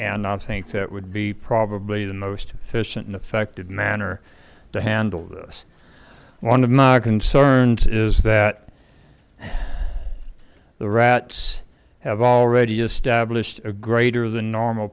and i think that would be probably the most efficient and effective manner to handle this one of my concerns is that the rats have already established a greater than normal